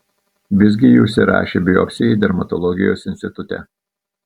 visgi ji užsirašė biopsijai dermatologijos institute